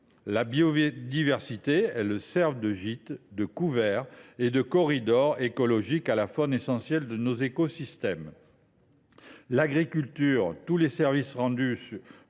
la biodiversité – elles servent de gîte, de couvert et de corridors écologiques à la faune essentielle de nos écosystèmes –, mais aussi l’agriculture. Tous les services rendus